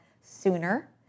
sooner